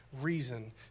reason